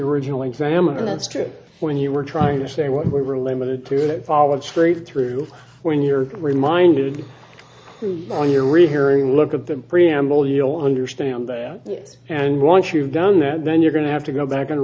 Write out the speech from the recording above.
original examiner that's true when you were trying to say what we were limited to that followed straight through when you're reminded on your rehearing look at the preamble you'll understand that and once you've done that then you're going to have to go back and